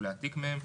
ולהעתיק מהם,